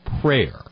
prayer